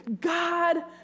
God